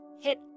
hit